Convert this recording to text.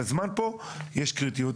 לזמן פה יש קריטיות.